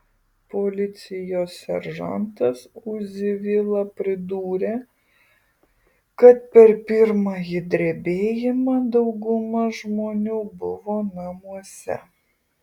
policijos seržantas uzi vila pridūrė kad per pirmąjį drebėjimą dauguma žmonių buvo namuose